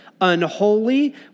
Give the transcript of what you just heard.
unholy